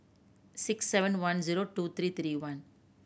six seven one zero two three three one